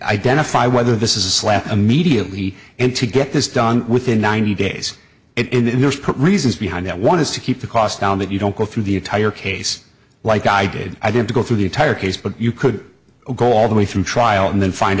identify whether this is a slap immediately and to get this done within ninety days in the reasons behind that one is to keep the cost down that you don't go through the entire case like i did i didn't go through the entire case but you could go all the way through trial and then find